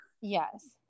Yes